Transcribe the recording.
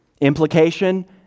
Implication